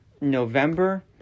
November